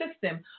system